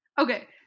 okay